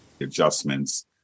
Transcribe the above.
adjustments